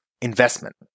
investment